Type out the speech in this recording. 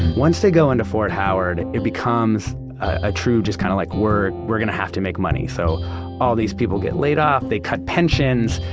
once they go into fort howard it becomes a true just kind of like, we're we're going to have to make money. so all these people get laid off, they cut pensions.